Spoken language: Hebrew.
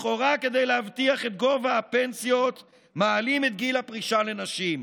לכאורה כדי להבטיח את גובה הפנסיות מעלים את גיל הפרישה לנשים,